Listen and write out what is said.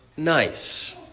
Nice